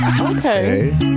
Okay